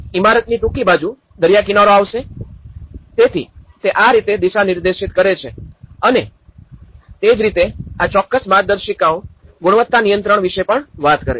તેથી ઇમારતની ટૂંકી બાજુ દરિયા કિનારાબાજુ આવશે તેથી તે આ રીતે દિશા નિર્દેશિત કરે છે અને અને તે જ રીતે આ ચોક્કસ માર્ગદર્શિકાઓ ગુણવત્તા નિયંત્રણ વિશે પણ વાત કરે છે